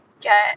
get